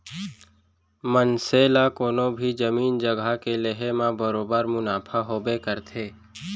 मनसे ला कोनों भी जमीन जघा के लेहे म बरोबर मुनाफा होबे करथे